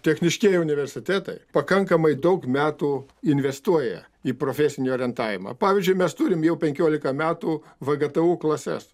techniškieji universitetai pakankamai daug metų investuoja į profesinį orientavimą pavyzdžiui mes turim jau penkiolika metų vgtu klases